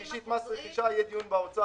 על שישית מס רכישה יהיה דיון באוצר